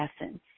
essence